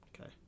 Okay